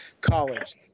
College